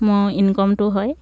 মোৰ ইনকমটো হয়